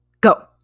go